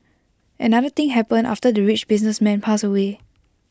another thing happened after the rich businessman passed away